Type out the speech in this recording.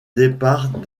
départ